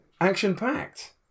action-packed